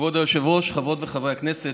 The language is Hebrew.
כבוד היושב-ראש, חברות וחברי הכנסת,